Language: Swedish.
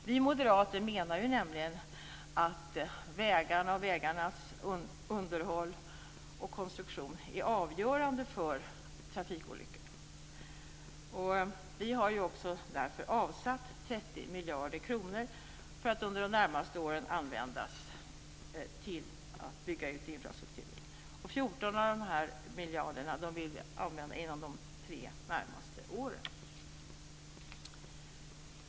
Vi moderater menar nämligen att vägarna och vägarnas underhåll och konstruktion är avgörande när det gäller trafikolyckor. Vi har också därför avsatt 30 miljarder kronor som under de närmaste åren ska användas till att bygga ut infrastrukturen. 14 av dessa miljarder vill vi använda inom de tre närmaste åren.